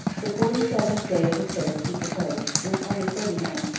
the forty-seventh day of his service he proposed, with only thirty men,